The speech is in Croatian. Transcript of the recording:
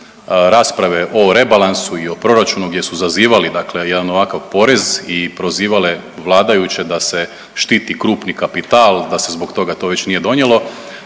rasprave o rebalansu i o proračunu gdje su zazivali dakle jedan ovakav porez i prozivale vladajuće da se štiti krupni kapital, da se zbog toga to već nije donijelo,